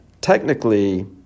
technically